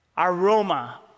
Aroma